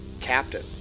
Captain